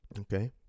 Okay